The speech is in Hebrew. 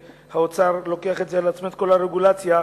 והאוצר לוקח על עצמו את כל הרגולציה,